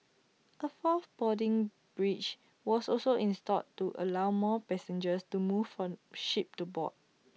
A fourth boarding bridge was also installed to allow more passengers to move from ship to port